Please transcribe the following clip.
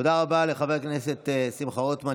תודה רבה לחבר הכנסת שמחה רוטמן,